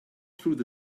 through